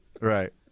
Right